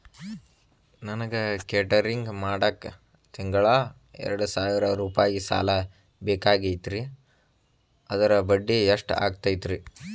ನನಗ ಕೇಟರಿಂಗ್ ಮಾಡಾಕ್ ತಿಂಗಳಾ ಎರಡು ಸಾವಿರ ರೂಪಾಯಿ ಸಾಲ ಬೇಕಾಗೈತರಿ ಅದರ ಬಡ್ಡಿ ಎಷ್ಟ ಆಗತೈತ್ರಿ?